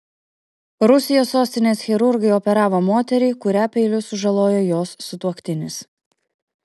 rusijos sostinės chirurgai operavo moterį kurią peiliu sužalojo jos sutuoktinis